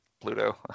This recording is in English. Pluto